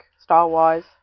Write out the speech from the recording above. style-wise